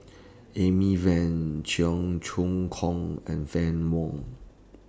Amy Van Cheong Choong Kong and Fann Wong